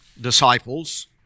disciples